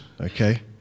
okay